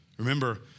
Remember